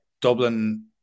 Dublin